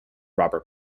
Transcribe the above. robert